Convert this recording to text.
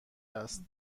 است